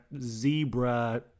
zebra